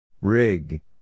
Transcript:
Rig